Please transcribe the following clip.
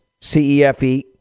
CEFE